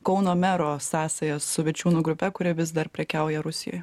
kauno mero sąsajas su vičiūnų grupe kuri vis dar prekiauja rusijoje